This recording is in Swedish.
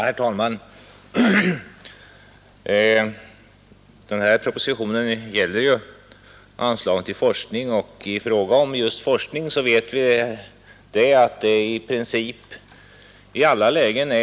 Herr talman! Den proposition som vi nu behandlar gäller anslag till forskning. Vi vet att just forskningen är ett stort bristområde.